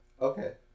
Okay